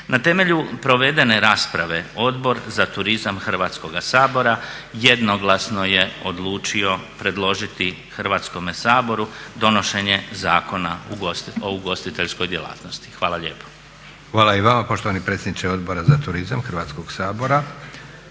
Na temelju provedene rasprave Odbor za turizam Hrvatskoga sabora jednoglasno je odlučio predložiti Hrvatskome saboru donošenja Zakona o ugostiteljskoj djelatnosti. Hvala lijepo. **Leko, Josip (SDP)** Hvala i vama poštovani predsjedniče Odbora za turizam Hrvatskog sabora.